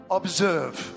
observe